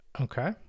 Okay